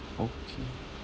okay